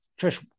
Trish